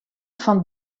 fan